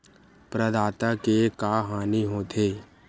प्रदाता के का हानि हो थे?